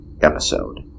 episode